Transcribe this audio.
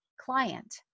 client